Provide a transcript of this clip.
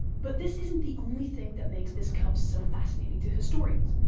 but this isn't the only thing that makes this cup so fascinating to historians.